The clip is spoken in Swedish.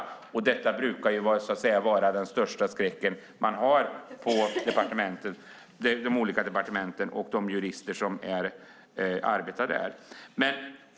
Det brukar vara den största skräcken hos de olika departementen och de jurister som arbetar där.